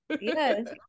Yes